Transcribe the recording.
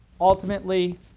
ultimately